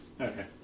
Okay